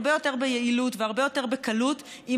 הרבה יותר ביעילות והרבה יותר בקלות אם